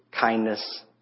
kindness